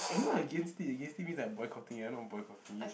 I'm not against it against it means I'm boycotting I'm not boycotting it